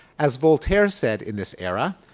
as voltaire said in this era,